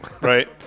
Right